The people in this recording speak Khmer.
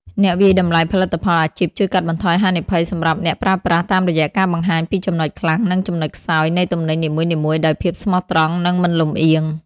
អ្នកវាយតម្លៃផលិតផលអាជីពជួយកាត់បន្ថយហានិភ័យសម្រាប់អ្នកប្រើប្រាស់ តាមរយៈការបង្ហាញពីចំណុចខ្លាំង និងចំណុចខ្សោយនៃទំនិញនីមួយៗដោយភាពស្មោះត្រង់ និងមិនលម្អៀង។